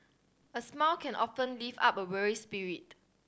a smile can often lift up a weary spirit